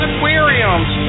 Aquariums